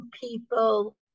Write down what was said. people